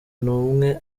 numwe